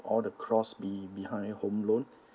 all the clause be~ behind home loan